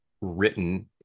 written